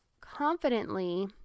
confidently